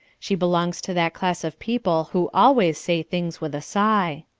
she belongs to that class of people who always say things with a sigh.